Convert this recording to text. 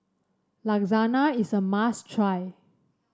lasagna is a must try